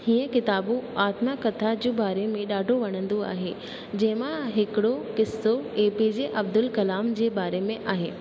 इहे किताबूं आत्मकथा जे बारे में ॾाढो वणंदो आहे जंहिंमां हिकिड़ो किसो एपीजे अब्दुल कलाम जे बारे में आहे